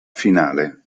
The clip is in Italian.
finale